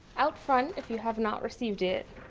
out front, if you have not received it,